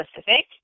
specific